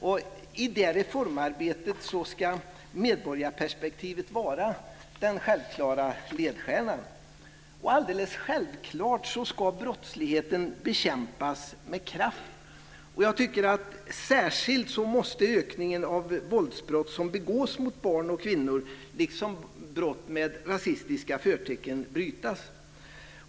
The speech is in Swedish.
Och i det reformarbetet ska modborgarperspektivet vara den självklara ledstjärnan. Självklart ska brottsligheten bekämpas med kraft. Särskilt måste ökningen av våldsbrott som begås mot barn och kvinnor liksom brott med rasistiska förtecken brytas.